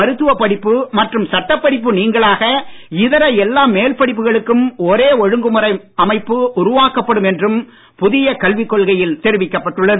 மருத்துவ படிப்பு மற்றும் சட்டப் படிப்பு நீங்கலாக இதர எல்லா மேல் படிப்புகளுக்கும் ஒரே ஒழுங்குமுறை அமைப்பு உருவாக்கப்படும் என்றும் புதிய கல்விக் கொள்கையில் தெரிவிக்கப்பட்டுள்ளது